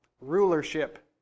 rulership